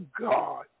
God